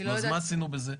אז מה עשינו בזה?